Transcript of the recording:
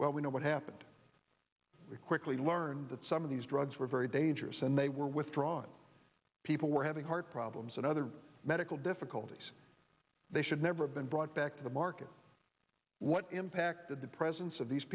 well we know what happened we quickly learned that some of these drugs were very dangerous and they were withdrawn people were having heart problems and other medical difficulties they should never been brought back to the market what impact did the presence of these